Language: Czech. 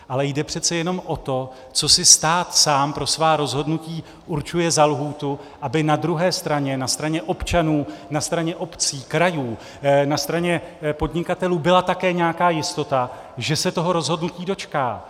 Ale jde přece jenom o to, co si stát sám pro svá rozhodnutí určuje za lhůtu, aby na druhé straně, na straně občanů, na straně obcí, krajů, na straně podnikatelů byla také nějaká jistota, že se rozhodnutí dočkají.